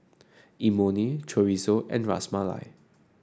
Imoni Chorizo and Ras Malai